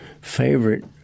favorite